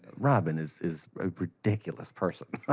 robin is is a ridiculous person. ah